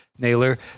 Naylor